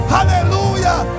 Hallelujah